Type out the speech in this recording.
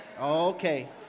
Okay